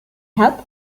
help